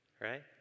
right